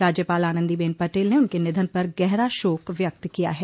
राज्यपाल आनंदीबेन पटेल ने उनके निधन पर गहरा शोक व्यक्त किया है